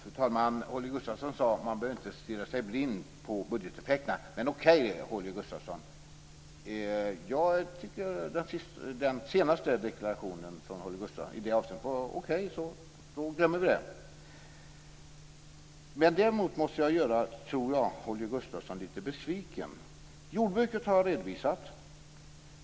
Fru talman! Holger Gustafsson sade att man inte behöver stirra sig blind på budgeteffekterna. Men om den senaste deklarationen från Holger Gustafsson var okej så glömmer vi det. Däremot måste jag göra Holger Gustafsson lite besviken. Jordbruket har jag redovisat.